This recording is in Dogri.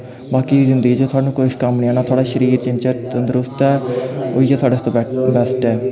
बाकी जिन्दगी च थोआनू किश कम्म निं आना थोआढ़ा शरीर जिन्ने चिर तंदरुस्त ऐ इ'यै तोआढ़े आस्तै बैस्ट ऐ